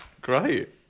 great